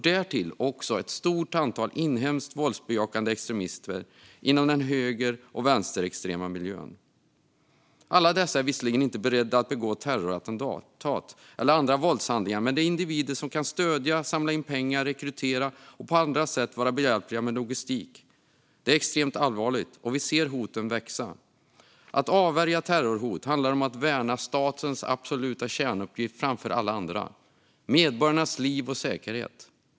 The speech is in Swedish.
Därtill finns ett stort antal inhemska våldsbejakande extremister inom den höger och vänsterextrema miljön. Alla dessa är visserligen inte beredda att begå terrorattentat eller andra våldshandlingar. Men det är individer som kan stödja, samla in pengar, rekrytera och på andra sätt vara behjälpliga med logistik. Det är extremt allvarligt, och vi ser hoten växa. Att avvärja terrorhot handlar om att värna statens absoluta kärnuppgift framför alla andra: medborgarnas liv och säkerhet.